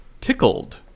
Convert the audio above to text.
Tickled